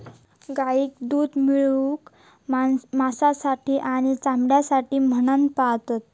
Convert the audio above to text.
गाईक दूध मिळवूक, मांसासाठी आणि चामड्यासाठी म्हणान पाळतत